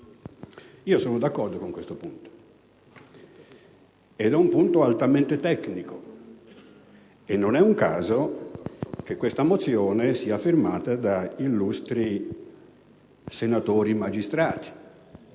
Sono d'accordo con questo punto, che è altamente tecnico, e non è un caso che tale mozione sia firmata da illustri senatori magistrati: